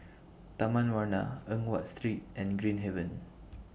Taman Warna Eng Watt Street and Green Haven